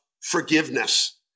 forgiveness